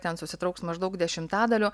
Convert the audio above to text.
ten susitrauks maždaug dešimtadaliu